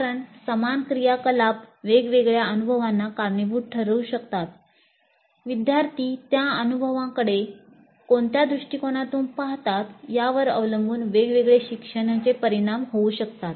कारण समान क्रियाकलाप वेगवेगळ्या अनुभवांना कारणीभूत ठरू शकतात विद्यार्थी त्या अनुभवांकडे कोणत्या दृष्टीकोनातून पाहतात यावर अवलंबून वेगवेगळे शिक्षणावर परिणाम होऊ शकतात